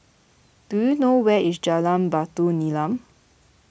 do you know where is Jalan Batu Nilam